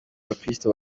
abakristu